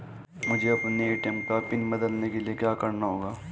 मुझे अपने ए.टी.एम का पिन बदलने के लिए क्या करना होगा?